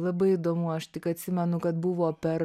labai įdomu aš tik atsimenu kad buvo per